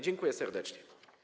Dziękuję serdecznie.